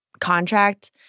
contract